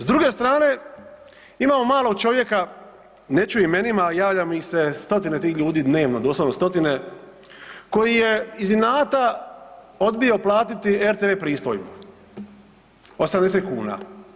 S druge strane imamo malog čovjeka neću o imenima, a javlja mi se stotine tih ljudi dnevno, doslovno stotine koji je iz inata odbio platiti rtv pristojbu 80 kuna.